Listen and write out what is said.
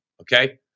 okay